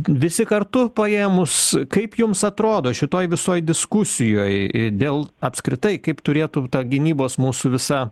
visi kartu paėmus kaip jums atrodo šitoj visoj diskusijoj dėl apskritai kaip turėtų tą gynybos mūsų visa